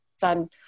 son